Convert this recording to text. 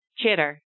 Chitter